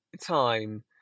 time